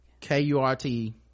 K-U-R-T